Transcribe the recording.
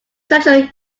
central